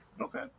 Okay